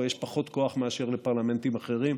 או יש פחות כוח מאשר לפרלמנטים אחרים.